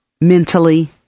mentally